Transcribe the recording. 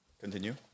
Continue